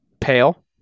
pale